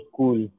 cool